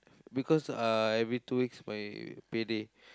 because uh every two weeks my pay day